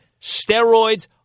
steroids